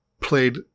played